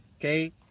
okay